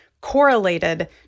correlated